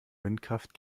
windkraft